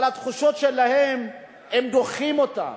אבל התחושות שלהם הן שדוחים אותם,